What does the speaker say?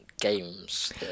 games